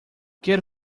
quero